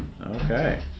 Okay